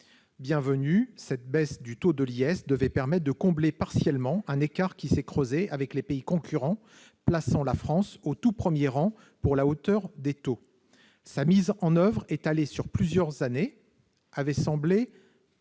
Bienvenue, cette baisse du taux de l'IS devait permettre de combler partiellement un écart qui s'est creusé avec les pays concurrents, plaçant la France au tout premier rang pour la hauteur des taux. Sa mise en oeuvre, étalée sur plusieurs années, avait semblé